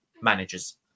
managers